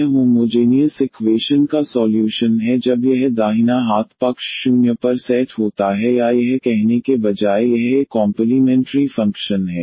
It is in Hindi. यह होमोजेनियस इक्वेशन का सॉल्यूशन है जब यह दाहिना हाथ पक्ष 0 पर सेट होता है या यह कहने के बजाय यह एक कॉम्पलीमेंट्री फंक्शन है